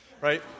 right